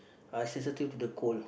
I sensitive to the cold